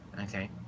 Okay